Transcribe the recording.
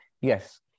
yes